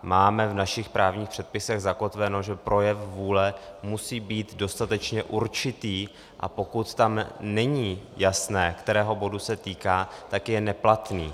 Máme v našich právních předpisech zakotveno, že projev vůle musí být dostatečně určitý, a pokud není jasné, kterého bodu se týká, tak je neplatný.